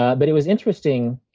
ah but it was interesting.